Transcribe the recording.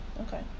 okay